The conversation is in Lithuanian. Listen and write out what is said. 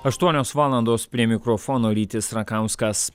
aštuonios valandos prie mikrofono rytis rakauskas